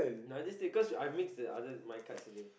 no I just take cause I mixed the other my cards already